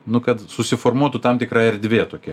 nu kad susiformuotų tam tikra erdvė tokia